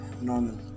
normal